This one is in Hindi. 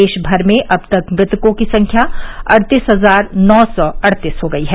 देशभर में अब तक मृतकों की संख्या अड़तीस हजार नौ सौ अड़तीस हो गई है